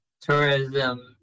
tourism